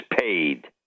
paid